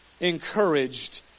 encouraged